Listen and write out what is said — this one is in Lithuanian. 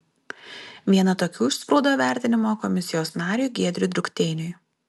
viena tokių išsprūdo vertinimo komisijos nariui giedriui drukteiniui